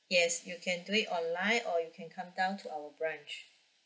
yes you can do it online or you can come down to our branch